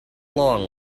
long